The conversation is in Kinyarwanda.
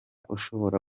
ushobora